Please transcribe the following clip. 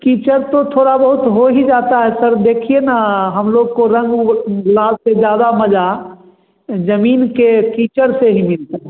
कीचड़ तो थोड़ा बहुत हो ही जाता है सर देखिए ना हम लोग को रंग उंग लाल से ज़्यादा मज़ा ज़मीन के कीचड़ से ही मिलता है